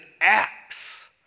acts